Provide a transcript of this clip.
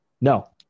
no